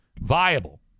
viable